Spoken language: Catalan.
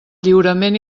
lliurament